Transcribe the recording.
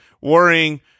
worrying